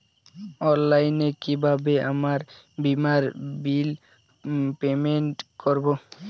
অনলাইনে কিভাবে আমার বীমার বিল পেমেন্ট করবো?